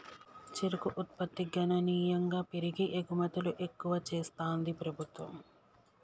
చెరుకు ఉత్పత్తి గణనీయంగా పెరిగి ఎగుమతులు ఎక్కువ చెస్తాంది ప్రభుత్వం